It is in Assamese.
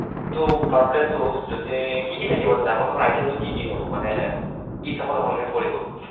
ত' পাৰ প্লেট ত' যদি কি কি থাকিব তাতে আপোনালোকৰ আইটেমটো কি কি হ'ব মানে কি হিচাপত আপুনালোকে কৰিব